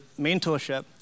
mentorship